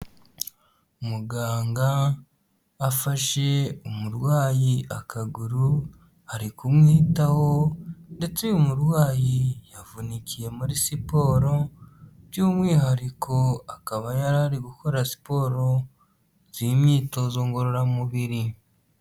Muganga afasha umurwayi akaguru ari kumwitaho ndetse uyu umurwayi yavunikiye muri siporo by'umwihariko akaba yariri gukora siporo z'imyitozo ngororamubiri.